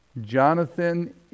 Jonathan